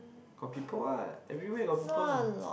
got people what everywhere got people